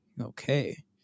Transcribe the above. Okay